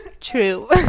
true